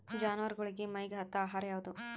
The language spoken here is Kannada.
ಜಾನವಾರಗೊಳಿಗಿ ಮೈಗ್ ಹತ್ತ ಆಹಾರ ಯಾವುದು?